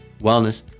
Wellness